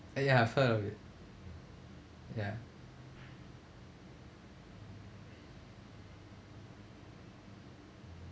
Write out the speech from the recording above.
!aiya! fervid ya